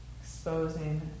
exposing